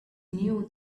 knew